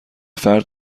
فرد